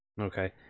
Okay